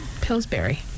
Pillsbury